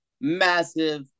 massive